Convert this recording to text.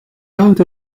koud